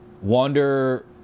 Wander